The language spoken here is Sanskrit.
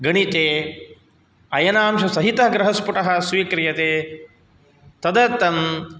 गणिते अयनांशसहितगृहस्फुटः स्वीक्रियते तदर्थं